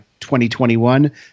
2021